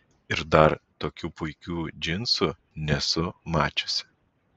ir dar tokių puikių džinsų nesu mačiusi